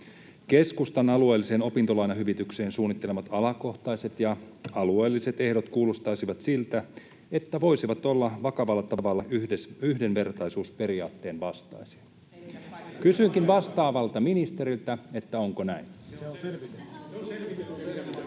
Keskustan alueelliseen opintolainahyvitykseen suunnittelemat alakohtaiset ja alueelliset ehdot kuulostaisivat siltä, että voisivat olla vakavalla tavalla yhdenvertaisuusperiaatteen vastaisia. [Annika Saarikko: Ei pidä paikkaansa!] Kysynkin